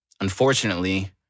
unfortunately